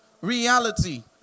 reality